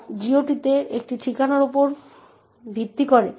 এছাড়াও GDB দেখুন এবং ঠিক কি ঘটছে তা দেখুন ঠিক আছে